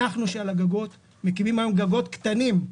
אנחנו שעל הגגות מקימים היום גגות קטנים.